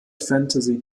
fantasy